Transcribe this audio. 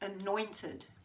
anointed